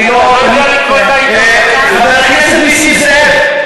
חבר הכנסת נסים זאב,